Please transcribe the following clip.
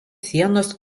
sienos